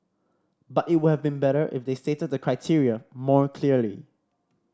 but it would have been better if they stated the criteria more clearly